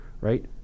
Right